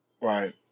Right